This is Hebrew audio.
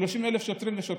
30,000 שוטרים ושוטרות,